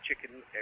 chicken